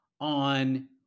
on